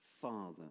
Father